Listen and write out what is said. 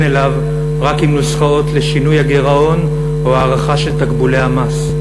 אליו רק עם נוסחאות לשינוי הגירעון או הערכה של תקבולי המס.